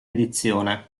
edizione